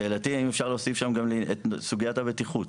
שאלתי היא האם אפשר להוסיף שם גם את סוגיית הבטיחות?